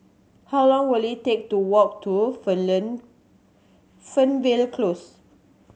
how long will it take to walk to Fernvale Close